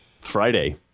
Friday